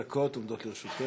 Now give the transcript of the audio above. עשר דקות עומדות לרשותך.